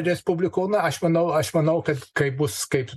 respublikonai aš manau aš manau kad kaip bus kaip